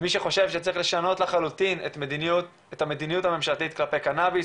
כמי שחושב שצריך לשנות לחלוטין את המדיניות הממשלתית כלפי קנאביס